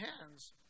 hands